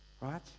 Right